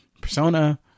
Persona